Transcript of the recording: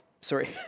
Sorry